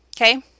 okay